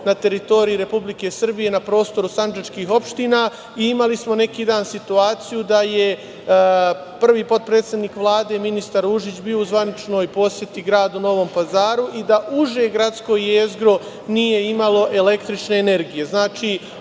na teritoriji Republike Srbije na prostoru sandžačkih opština i imali smo neki dan situaciju da je prvi potpredsednik Vlade ministar Ružić bio u zvaničnoj poseti gradu Novom Pazaru i da uže gradsko jezgro nije imalo električne energije.